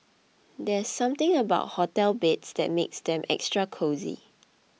there's something about hotel beds that makes them extra cosy